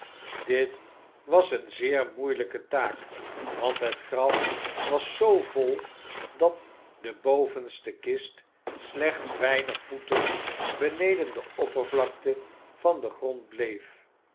dit was geen zeer moeilijke taak want het graf was zoo vol dat de bovenste kist slechts weinige voeten beneden de oppervlakte van den grond bleef